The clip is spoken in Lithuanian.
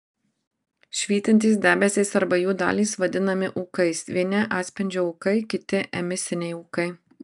švytintys debesys arba jų dalys vadinami ūkais vieni atspindžio ūkai kiti emisiniai ūkai